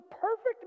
perfect